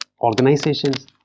organizations